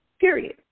period